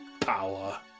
power